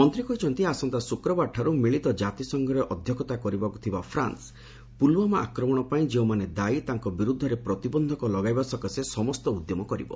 ମନ୍ତ୍ରୀ କହିଛନ୍ତି ଆସନ୍ତା ଶୁକ୍ରବାରଠାରୁ ମିଳିତ କାତିସଂଘ ଅଧ୍ୟକ୍ଷ କରିବାକୁ ଥିବା ଫ୍ରାନ୍ସ ପୁଲ୍ୱାମା ଆକ୍ରମଣ ପାଇଁ ଯେଉଁମାନେ ଦାୟୀ ତାଙ୍କ ବିର୍ଦ୍ଧରେ ପ୍ରତିବନ୍ଧକ ଲଗାଇବା ସକାଶେ ସମସ୍ତ ଉଦ୍ୟମ କରିବ